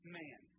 man